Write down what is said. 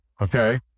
Okay